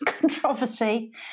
controversy